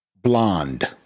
Blonde